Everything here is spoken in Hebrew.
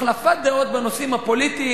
החלפת דעות בנושאים הפוליטיים,